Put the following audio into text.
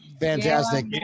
Fantastic